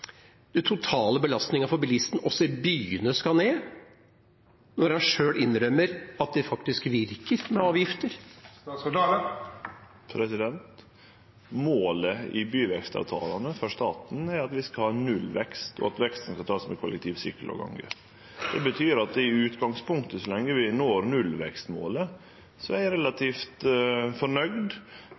den totale belastningen for bilisten også i byene skal ned, når han selv innrømmer at det faktisk virker med avgifter? Målet med byvekstavtalene er for staten at vi skal ha nullvekst, og at veksten skal takast med kollektiv, sykkel og gange. Det betyr i utgangspunktet at så lenge vi når nullvekstmålet, er eg relativt